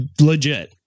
legit